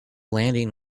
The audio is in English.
landing